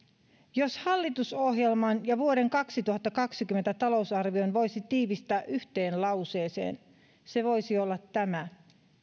jos hallitusohjelman ja vuoden kaksituhattakaksikymmentä talousarvion voisi tiivistää yhteen lauseeseen se voisi olla tämä